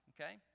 okay